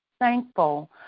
thankful